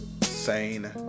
sane